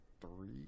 three